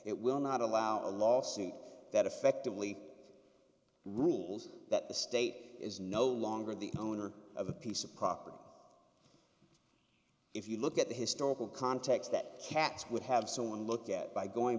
it will not allow a lawsuit that effectively rules that the state is no longer the owner of a piece of property if you look at the historical context that katz would have someone look at by going